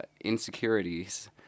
insecurities